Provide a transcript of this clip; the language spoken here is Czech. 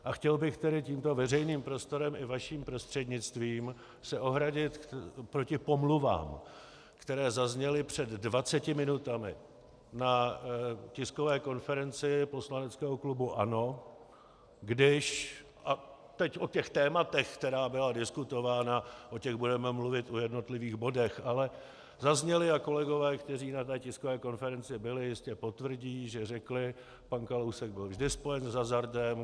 A chtěl bych tedy tímto veřejným prostorem i vaším prostřednictvím se ohradit proti pomluvám, které zazněly před 20 minutami na tiskové konferenci poslaneckého klubu ANO, a teď o těch tématech která byla diskutována, o těch budeme mluvit u jednotlivých bodů, ale zazněly, a kolegové, kteří na té tiskové konferenci byli, jistě potvrdí, že řekli: Pan Kalousek byl vždy spojen s hazardem.